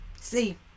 See